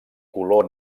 color